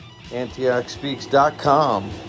AntiochSpeaks.com